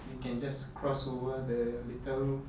then can just cross over the little